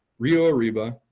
rio arriba,